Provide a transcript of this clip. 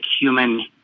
human